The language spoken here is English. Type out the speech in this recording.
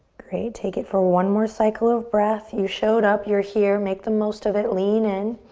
great, take it for one more cycle of breath. you showed up, you're here, make the most of it. lean in.